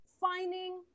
finding